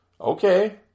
Okay